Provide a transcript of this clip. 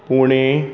Pune